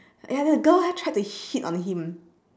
ya then the girl ah tried to hit on him